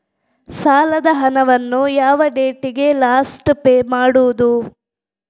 ಸಾಲದ ಹಣವನ್ನು ಯಾವ ಡೇಟಿಗೆ ಲಾಸ್ಟ್ ಪೇ ಮಾಡುವುದು?